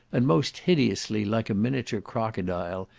and most hideously like a miniature crocodile,